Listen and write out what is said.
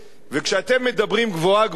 וכשאתם מדברים גבוהה גבוהה,